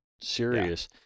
serious